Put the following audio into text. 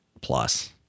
plus